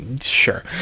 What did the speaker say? sure